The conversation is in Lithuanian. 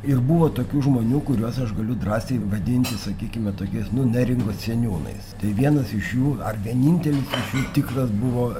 ir buvo tokių žmonių kuriuos aš galiu drąsiai vadinti sakykime tokiais nu neringos seniūnais tai vienas iš jų ar vienintelis iš jų tikras buvo